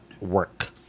work